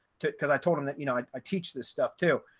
to because i told him that, you know, i ah teach this stuff too.